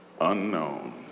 unknown